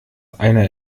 einer